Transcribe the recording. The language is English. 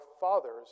fathers